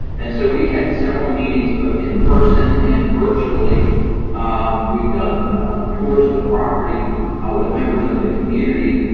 and so we had several meetings, both in person and virtually um we've done tours of the property with members of the community,